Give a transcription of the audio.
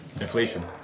Inflation